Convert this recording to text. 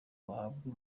bahabwe